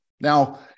Now